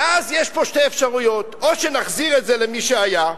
ואז יש שתי אפשרויות: או שנחזיר את זה למי שהיה,